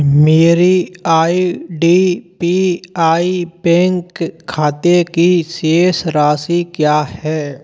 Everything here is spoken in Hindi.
मेरे I D B I bank खाते की शेष राशि क्या है